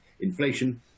inflation